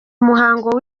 muhango